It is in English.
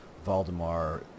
Valdemar